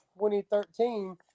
2013